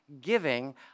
giving